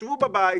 שבו בבית,